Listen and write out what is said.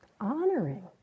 honoring